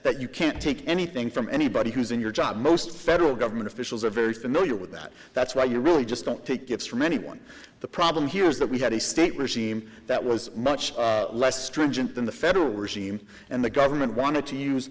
that you can't take anything from anybody who's in your job most federal government officials are very familiar with that that's why you really just don't take it from anyone the problem here is that we had a state machine that was much less stringent than the federal were seen and the government wanted to use